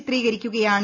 ചിത്രീകരിക്കുകയാണ്